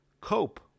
cope